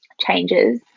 changes